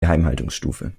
geheimhaltungsstufe